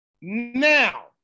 Now